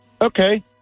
Okay